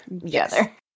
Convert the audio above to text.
together